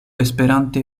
esperante